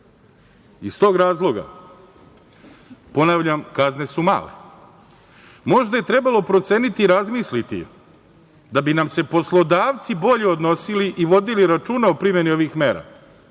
tog razloga, ponavljam, kazne su male. Možda je trebalo proceniti, razmisliti, da bi nam se poslodavci bolje odnosili i vodili računa o primeni ovih mera,